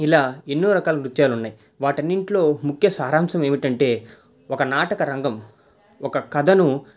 ఇలా ఎన్నో రకాల నృత్యాలున్నాయి వాటిన్నింట్లో ముఖ్య సారాంశమేమంటే ఒక నాటక రంగం ఒక కథను